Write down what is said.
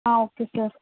okay sir